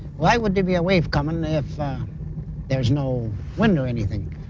why would there be a wave coming if there's no wind or anything?